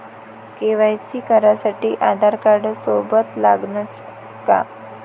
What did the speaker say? KYC करासाठी आधारकार्ड सोबत लागनच का?